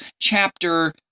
chapter